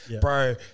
Bro